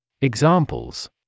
Examples